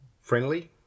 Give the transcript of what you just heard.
friendly